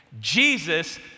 Jesus